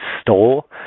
stole